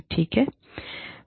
ठीक है